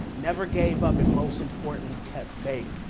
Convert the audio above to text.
never gave up and, most importantly, kept faith.